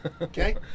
Okay